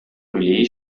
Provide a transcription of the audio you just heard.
brule